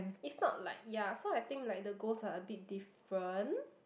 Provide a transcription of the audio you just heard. it's not like ya so I think like the goals are a bit different